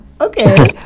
Okay